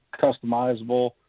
customizable